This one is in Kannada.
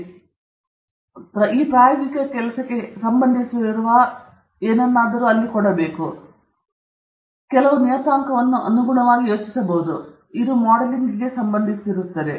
ಹೀಗೆ ನಾನು ಪ್ರಾಯೋಗಿಕ ಕೆಲಸಕ್ಕೆ ಹೆಚ್ಚು ಸಂಬಂಧಿಸಿರುವ ಯಾವುದಾದರೂ ಒಂದನ್ನು ಇಲ್ಲಿ ಕೆಳಗೆ ಹಾಕಿದ್ದೇನೆ ಆದರೆ ನೀವು ಕೆಲವು ನಿಯತಾಂಕಗಳನ್ನು ಅನುಗುಣವಾಗಿ ಯೋಚಿಸಬಹುದು ಇದು ಮಾಡೆಲಿಂಗ್ಗೆ ಸಂಬಂಧಿಸಿರುತ್ತದೆ